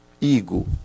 ego